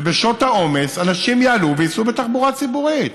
ובשעות העומס אנשים יעלו וייסעו בתחבורה ציבורית.